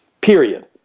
period